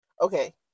Okay